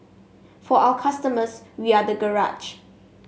for our customers we are the garage